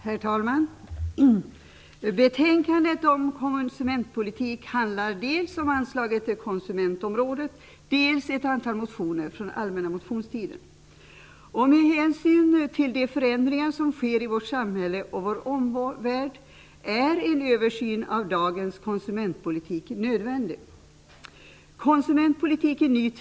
Herr talman! Betänkandet om konsumentpolitik handlar dels om anslag till konsumentområdet, dels om ett antal motioner från allmänna motionstiden. Med hänsyn till de förändringar som sker i vårt samhälle och i vår omvärld är en översyn av dagens konsumentpolitik nödvändig.